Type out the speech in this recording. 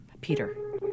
Peter